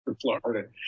Florida